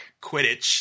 Quidditch